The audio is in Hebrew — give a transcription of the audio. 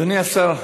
אדוני השר,